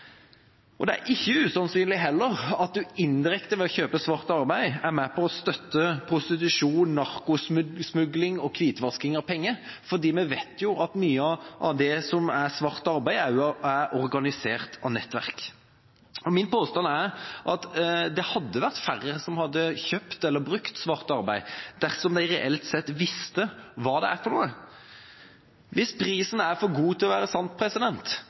Og det er heller ikke usannsynlig at man indirekte ved å kjøpe svart arbeid er med på å støtte prostitusjon, narkotikasmugling og hvitvasking av penger, for vi vet at mye av det som er svart arbeid, også er organisert av nettverk. Min påstand er at det hadde vært færre som hadde kjøpt eller brukt svart arbeid, dersom de reelt sett visste hva det er. Hvis prisen er for god til å være